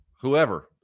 whoever